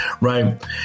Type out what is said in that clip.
Right